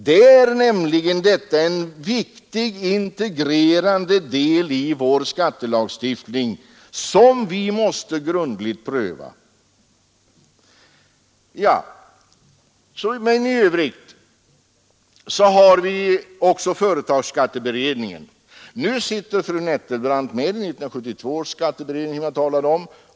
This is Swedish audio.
Detta är nämligen en viktig integrerande del i vår skattelagstiftning, som vi grundligt måste pröva. I övrigt har vi också företagsskatteberedningen. Fru Nettelbrandt är med i 1972 års skatteberedning, som jag talade om.